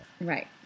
Right